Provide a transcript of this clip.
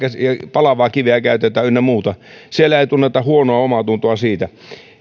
palavaa kiveä käytetään ynnä muuta ja siellä ei tunneta huonoa omaatuntoa siitä